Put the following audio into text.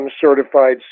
certified